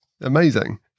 Amazing